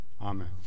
Amen